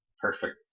perfect